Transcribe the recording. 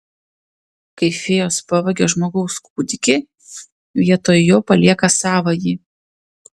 kai fėjos pavagia žmogaus kūdikį vietoj jo palieka savąjį